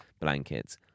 blankets